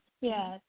yes